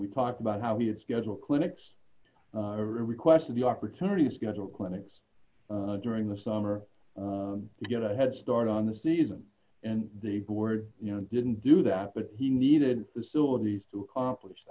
we talked about how we had scheduled clinics requested the opportunity schedule clinics during the summer to get a head start on the season and the board you know didn't do that but he needed facilities to accomplish